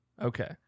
Okay